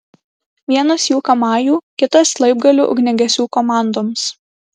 vienas jų kamajų kitas laibgalių ugniagesių komandoms